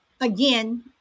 Again